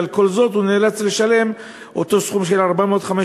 ועל כל זאת הוא נאלץ לשלם את אותו סכום של 400 500